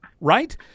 Right